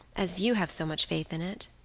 as you have so much faith in it.